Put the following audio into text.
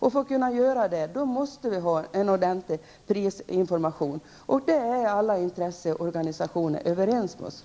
För att detta skall vara möjligt måste det finnas en ordentlig prisinformation. Alla intresseorganisationer håller med oss på den punkten.